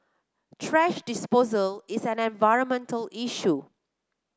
thrash disposal is an environmental issue